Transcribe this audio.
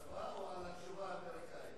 על ההדלפה או על התשובה האמריקנית?